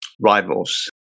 rivals